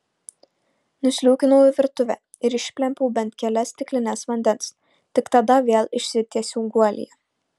nusliūkinau į virtuvę ir išplempiau bent kelias stiklines vandens tik tada vėl išsitiesiau guolyje